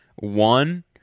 One